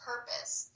purpose